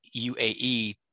UAE